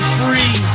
free